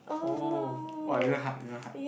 oh [wah] this one hard this one hard